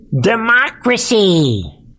democracy